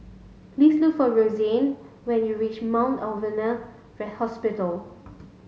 please look for Rosanne when you reach Mount Alvernia Hospital